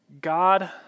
God